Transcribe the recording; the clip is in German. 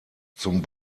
zum